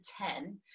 ten